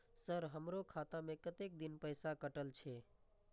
Sir हमारो खाता में कतेक दिन पैसा कटल छे?